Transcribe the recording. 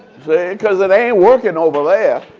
see, because it ain't working over there.